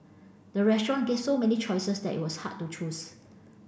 the restaurant gave so many choices that it was hard to choose